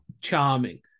charming